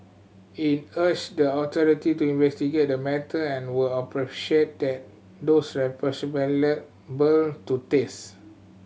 it urged the authority to investigate the matter and where appropriate take those to taste